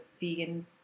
vegan